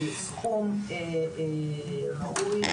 בסכום ראוי,